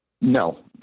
No